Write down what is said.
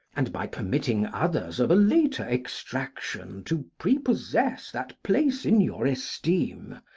and by permitting others of a later extraction to prepossess that place in your esteem,